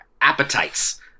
appetites